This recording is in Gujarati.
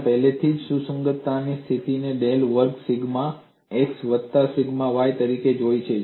આપણે પહેલાથી જ સુસંગતતાની સ્થિતિને ડેલ વર્ગ સિગ્મા x વત્તા સિગ્મા y તરીકે જોઈ છે